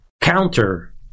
counter